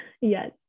Yes